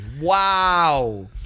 wow